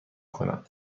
کنم